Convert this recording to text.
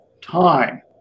time